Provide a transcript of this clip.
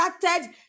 started